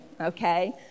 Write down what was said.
okay